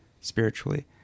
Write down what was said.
spiritually